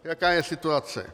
Jaká je situace?